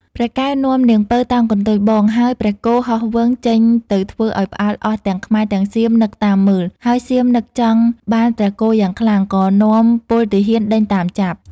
ព្រះកែវនាំនាងពៅតោងកន្ទុយបង ហើយព្រះគោហោះវឹងចេញទៅធ្វើឲ្យផ្អើលអស់ទាំងខ្មែរទាំងសៀមនឹកតាមមើល ហើយសៀមនឹកចង់បានព្រះគោយ៉ាងខ្លាំង ក៏នាំពលទាហានដេញតាមចាប់។